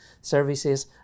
services